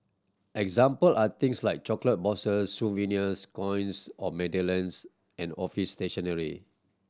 example are things like chocolate boxes souvenirs coins or medallions and office stationery